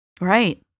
Right